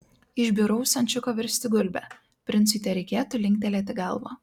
iš bjauraus ančiuko virsti gulbe princui tereikėtų linktelėti galvą